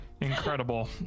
Incredible